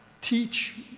Teach